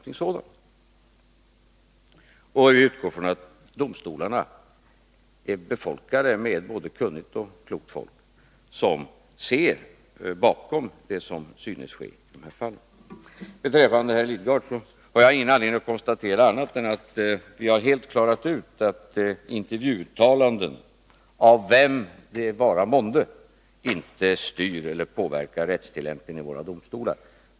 Men jag utgår från att domstolarna är befolkade med både kunnigt och klokt folk, som ser bakom det som synes ske i dessa fall. Beträffande herr Lidgard har jag ingen anledning att konstatera annat än att vi helt har klarat ut att intervjuuttalanden av vem det vara månde inte styr eller påverkar rättstillämpningen i våra domstolar.